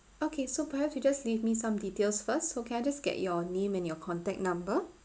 okay so perhaps you just leave me some details first so can I just get your name and your contact number